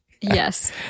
Yes